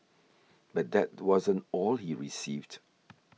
but that wasn't all he received